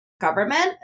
government